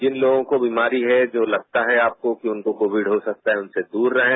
जिन लोगों को बीमारी है जो लगता है आपको उनको कोविड हो सकता है उनसे दूर रहें